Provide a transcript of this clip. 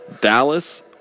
Dallas